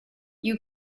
you